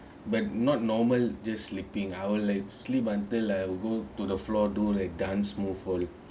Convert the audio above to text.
but not normal just sleeping I will like sleep until I'll go to the floor do like dance move for